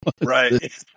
Right